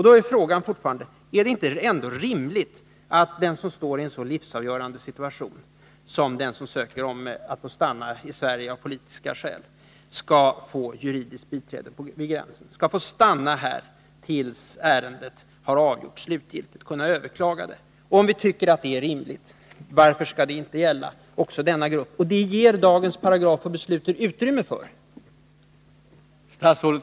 Då är frågan fortfarande denna: Är det ändå inte rimligt att den som befinner sig i en så livsavgörande situation, som den gör som av politiska skäl försöker att få stanna i Sverige, skall få juridiskt biträde vid gränsen och få stanna här tills överklagande skett och ärendet slutgiltigt avgjorts? Om vi tycker att detta är rimligt, varför skall det då inte gälla också för denna grupp? Dagens paragrafer ger också utrymme för det.